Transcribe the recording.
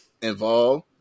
involved